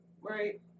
Right